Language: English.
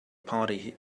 party